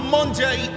Monday